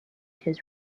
his